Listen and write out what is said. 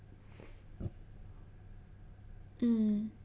mm